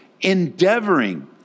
endeavoring